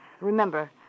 Remember